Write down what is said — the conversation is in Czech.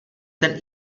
ten